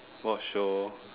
watch show